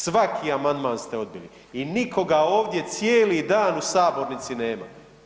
Svaki amandman ste odbili i nikoga ovdje cijeli dan u sabornici nema.